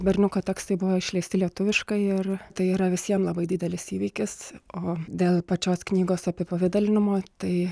berniuko tekstai buvo išleisti lietuviškai ir tai yra visiem labai didelis įvykis o dėl pačios knygos apipavidalinimo tai